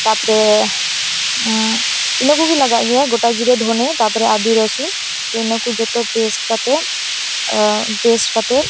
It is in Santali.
ᱛᱟᱯᱚᱨᱮ ᱤᱱᱟᱹ ᱠᱚᱜᱮ ᱞᱟᱜᱟᱜ ᱜᱮᱭᱟ ᱜᱚᱴᱟ ᱡᱤᱨᱮ ᱫᱷᱚᱱᱮ ᱛᱟᱯᱚᱨᱮ ᱟᱫᱮ ᱨᱚᱥᱩᱱ ᱛᱚ ᱤᱱᱟᱹ ᱠᱚ ᱡᱚᱛᱚ ᱯᱮᱥᱴ ᱠᱟᱛᱮᱜ ᱯᱮᱥᱴ ᱠᱮᱛᱮᱜ